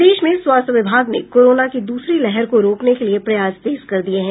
प्रदेश में स्वास्थ्य विभाग ने कोरोना की दूसरी लहर को रोकने के लिए प्रयास तेज कर दिये हैं